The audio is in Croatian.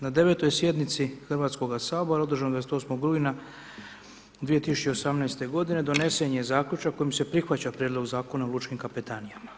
Na 9. sjednici Hrvatskoga sabora održanoj 28. rujna 2018. godine donesen je zaključak kojim se prihvaća Prijedlog Zakona o lučkim kapetanijama.